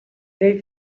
they